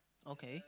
okay